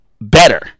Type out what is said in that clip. better